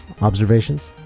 observations